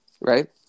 Right